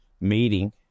meeting